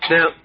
Now